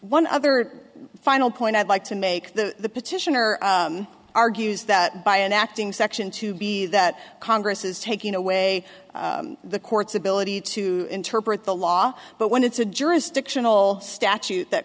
one other final point i'd like to make the petitioner argues that by enacting section two be that congress is taking away the court's ability to interpret the law but when it's a jurisdictional statute that